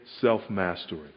self-mastery